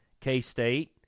K-State